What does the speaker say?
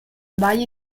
baia